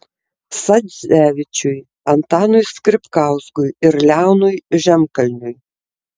sadzevičiui antanui skripkauskui ir leonui žemkalniui